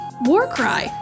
Warcry